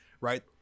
right